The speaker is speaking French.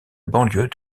banlieue